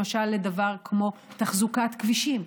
למשל לדבר כמו תחזוקת כבישים.